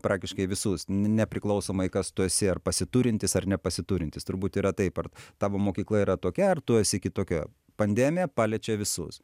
praktiškai visus ne nepriklausomai kas tu esi ar pasiturintis ar nepasiturintis turbūt yra taip ar tavo mokykla yra tokia ar tu esi kitokia pandemija paliečia visus